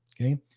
okay